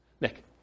Nick